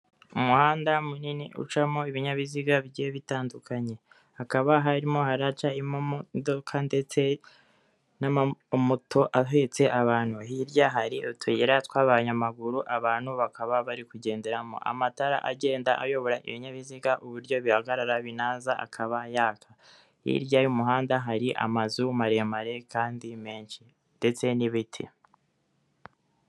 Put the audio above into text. Umuhanda munini ucamo ibinyabiziga bigiye bitandukanye. Hakaba harimo haraca imomodoka ndetse n'amamoto ahetse abantu hirya hari utuyira tw'abanyamaguru, abantu bakaba bari kugenderamo. Amatara agenda ayobora ibinyabiziga uburyo bihagarara binaza akaba yaka. Hirya y'umuhanda hari amazu maremare kandi menshi ndetse n'ibiti.